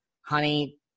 honey